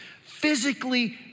physically